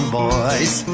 boys